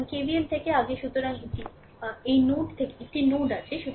সুতরাং KVL থেকে আগে সুতরাং এটি এই নোড একটি নোড আছে